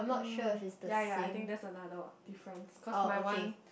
mm ya ya I think that's another difference cause my one